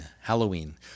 Halloween